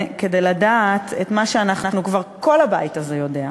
כדי לדעת את מה שכבר כל הבית הזה יודע,